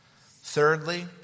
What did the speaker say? Thirdly